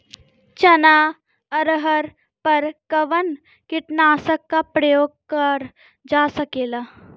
चना अरहर पर कवन कीटनाशक क प्रयोग कर जा सकेला?